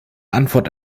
antwort